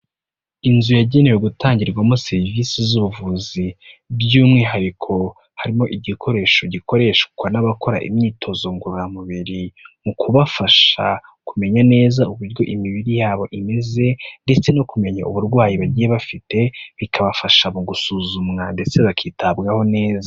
Inzu yagenewe gutangirwamo serivisi z'ubuvuzi, by'umwihariko harimo igikoresho gikoreshwa n'abakora imyitozo ngororamubiri mu kubafasha kumenya neza uburyo imibiri yabo imeze ndetse no kumenya uburwayi bagiye bafite, bikabafasha mu gusuzumwa ndetse bakitabwaho neza.